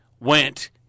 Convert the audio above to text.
went